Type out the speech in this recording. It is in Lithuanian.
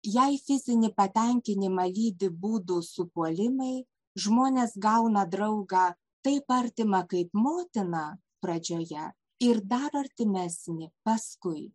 jai fizinį patenkinimą lydi būdų supuolimai žmonės gauna draugą taip artimą kaip motiną pradžioje ir dar artimesnį paskui